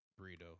burrito